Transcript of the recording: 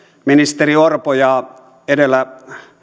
ministeri orpo ja edellä